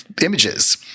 images